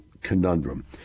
conundrum